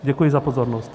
Děkuji za pozornost.